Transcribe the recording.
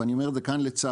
ואני אומר את זה כאן לצערנו,